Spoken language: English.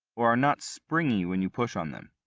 or are not springy when you push on them.